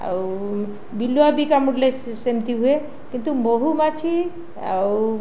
ଆଉ ବିଲୁଆ ବି କାମୁଡ଼ିଲେ ସେମିତି ହୁଏ କିନ୍ତୁ ମହୁମାଛି ଆଉ